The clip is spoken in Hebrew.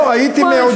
לא, הייתי מעודד.